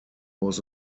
was